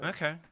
Okay